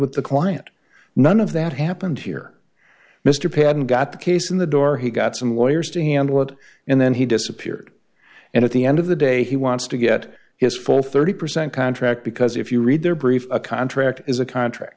with the client none of that happened here mr patten got the case in the door he got some lawyers to handle it and then he disappeared and at the end of the day he wants to get his full thirty percent contract because if you read their brief a contract is a contract